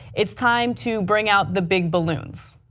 it is time to bring out the big balloons.